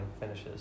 finishes